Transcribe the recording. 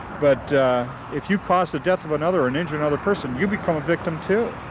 but if you cause the death of another, or and injure another person you become a victim, too.